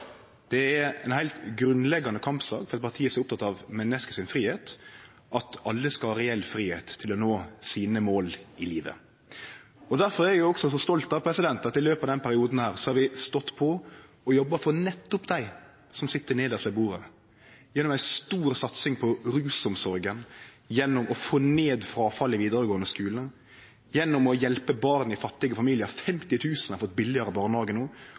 Det er ei heilt grunnleggjande kampsak for parti som er opptekne av menneska sin fridom, at alle skal ha reell fridom til å nå sine mål i livet. Difor er eg også så stolt av at vi i løpet av denne perioden har stått på og jobba for nettopp dei som sit nedst ved bordet, gjennom ei stor satsing på rusomsorga, gjennom å få ned fråfallet i vidaregåande skule, gjennom å hjelpe barn i fattige familiar – 50 000 har fått billigare barnehage no